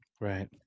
Right